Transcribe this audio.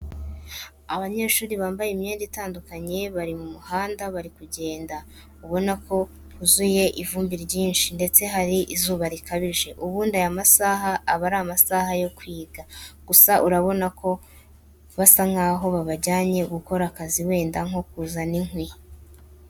Abanyeshuri bambaye imyenda itandukanye bari mu muhanda bari kugenda, ubona ko huzuyemo ivumbi ryinshi ndetse hari izuba rikabije, ubundi aya masaha aba ari amasaha yo kwiga, gusa urabona ko basa nk'aho babajyanye gukora akazi wenda nko kuzana inkwi.